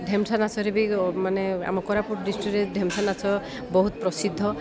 ଢେମ୍ସା ନାଚରେ ବି ମାନେ ଆମ କୋରାପୁଟ ଡିଷ୍ଟ୍ରିକ୍ଟରେ ଢେମ୍ସା ନାଚ ବହୁତ ପ୍ରସିଦ୍ଧ